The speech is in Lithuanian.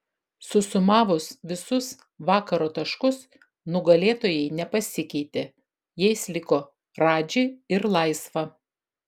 susumavus visus vakaro taškus nugalėtojai nepasikeitė jais liko radži ir laisva